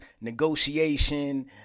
negotiation